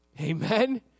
Amen